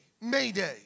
mayday